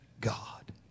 God